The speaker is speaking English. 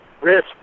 risk